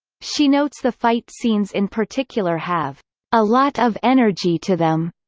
she notes the fight scenes in particular have a lot of energy to them.